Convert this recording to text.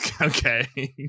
Okay